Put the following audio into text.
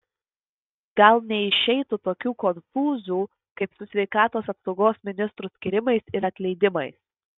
gal neišeitų tokių konfūzų kaip su sveikatos apsaugos ministrų skyrimais ir atleidimais